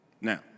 Now